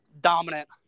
dominant